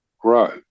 grow